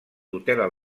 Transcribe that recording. tutela